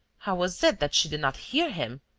how was it that she did not hear him?